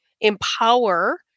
empower